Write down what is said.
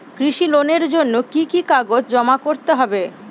কৃষি লোনের জন্য কি কি কাগজ জমা করতে হবে?